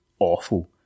awful